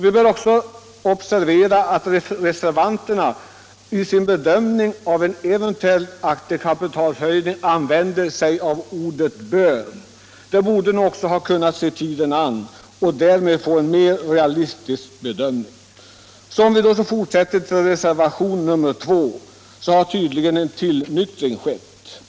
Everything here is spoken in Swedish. Vi bör också observera att reservanterna i sin bedömning av en eventuell aktiekapitalshöjning använder ordet ”bör”. De borde nog ha kunnat se tiden an och därmed få en mer realistisk bedömning. I reservationen 2 har tydligen en tillnyktring skett.